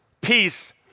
peace